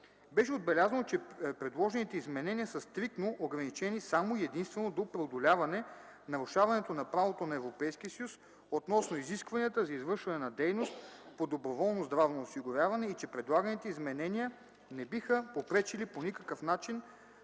Беше отбелязано, че предложените изменения са стриктно ограничени само и единствено до преодоляване нарушаването на правото на Европейския съюз относно изискванията за извършване на дейност по доброволно здравно осигуряване и че предлаганите изменения не биха попречили по никакъв начин